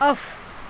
off